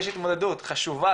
יש התמודדות חשובה,